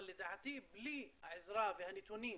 אבל לדעתי בלי העזרה והנתונים